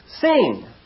sing